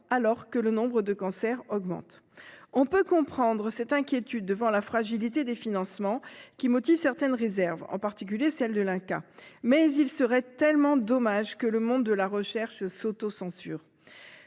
alors que le nombre de cancers augmente. On peut comprendre cette inquiétude devant la fragilité des financements, qui motive certaines réserves, en particulier celles de l'INCa, mais il serait tellement dommage que le monde de la recherche s'autocensure